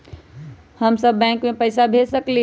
हम सब बैंक में पैसा भेज सकली ह?